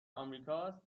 آمریکاست